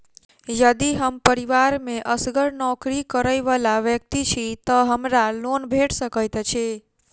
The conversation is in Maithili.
यदि हम परिवार मे असगर नौकरी करै वला व्यक्ति छी तऽ हमरा लोन भेट सकैत अछि?